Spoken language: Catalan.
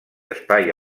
espai